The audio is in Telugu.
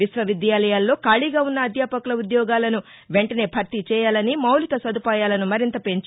విశ్వవిద్యాలయాల్లో ఖాళీగా ఉన్న అధ్యాపకుల ఉద్యోగాలను వెంటనే భర్తీ చేయాలని మౌలిక సదుపాయాలను మరింత పెంచి